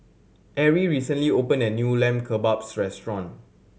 Arrie recently open a new Lamb Kebabs Restaurant